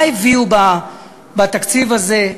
מה הביאו בתקציב הזה?